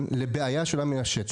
צעירים, ומעונות יום וגני ילדים נסגרים.